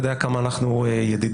אתה יודע כמה אנחנו ידידים,